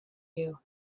you